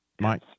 Mike